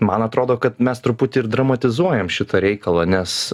man atrodo kad mes truputį ir dramatizuojam šitą reikalą nes